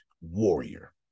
warrior